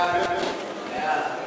את הצעת חוק מיסוי מקרקעין (תיקון מס' 81 והוראת שעה),